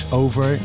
over